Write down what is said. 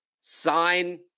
sign